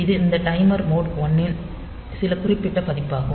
இது இந்த timer mode 1 இன் சில குறிப்பிட்ட பதிப்பாகும்